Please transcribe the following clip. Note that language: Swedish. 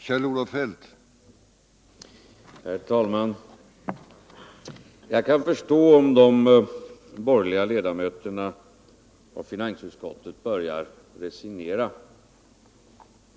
Herr talman! Jag kan förstå om de borgerliga ledamöterna i finansutskottet börjar resignera.